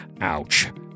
Ouch